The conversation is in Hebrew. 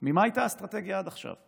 ממה הייתה האסטרטגיה עד עכשיו.